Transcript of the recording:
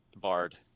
Bard